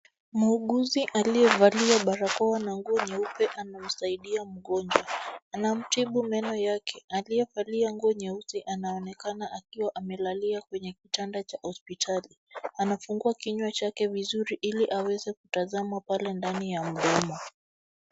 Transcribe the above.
Muuguzi aliyevalia barakoa na nguo nyeupe ana msaidia mgonjwa. Anamtibu meno yake aliyevalia nguo nyeusi ana onekana akiwa amelalia kwenye kitanda cha hospitali, anafungwa kinyua chake vizuri ili aweze kutazama pale ndani ya mdomo.